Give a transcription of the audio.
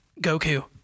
Goku